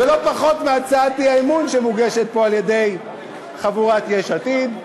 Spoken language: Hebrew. ולא פחות מהצעת האי-אמון שמוגשת פה על-ידי חבורת יש עתיד.